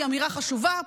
והיא אמירה חשובה.